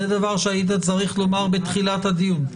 זה דבר שאתה היית צריך לומר בתחילת הדיון.